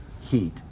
Heat